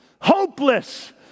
hopeless